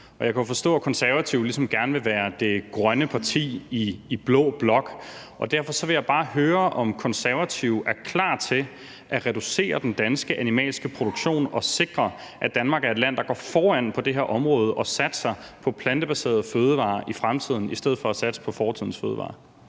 Jeg kan forstå, at Konservative ligesom gerne vil være det grønne parti i blå blok, og derfor vil jeg bare høre, om Konservative er klar til at reducere den danske animalske produktion og sikre, at Danmark er et land, der går foran på det område og satser på plantebaserede fødevarer i fremtiden i stedet for at satse på fortidens fødevarer.